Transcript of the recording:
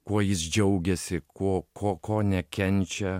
kuo jis džiaugiasi kuo ko ko nekenčia